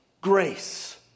grace